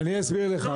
אני אביר לך,